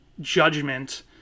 judgment